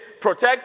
Protect